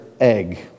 egg